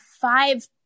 five